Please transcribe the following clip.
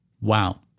Wow